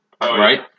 right